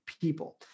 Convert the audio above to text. people